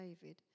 David